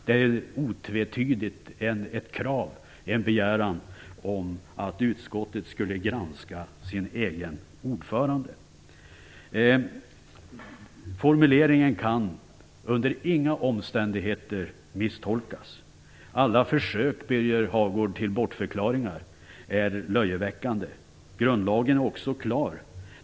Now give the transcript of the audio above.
Det är otvetydigt en begäran om att utskottet skulle granska sin egen ordförande. Formuleringen kan under inga omständigheter misstolkas. Alla försök till bortförklaringar, Birger Hagård, är löjeväckande. Grundlagen är också klar.